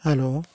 hello